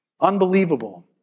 Unbelievable